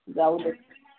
जाऊ दे